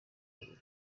kabiri